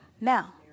Now